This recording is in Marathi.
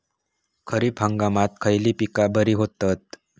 खरीप हंगामात खयली पीका बरी होतत?